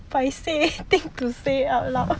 feisty thing to say out loud